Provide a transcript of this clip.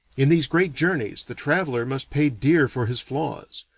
in these great journeys the traveller must pay dear for his flaws.